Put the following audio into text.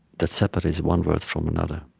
that separates one word from another